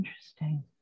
Interesting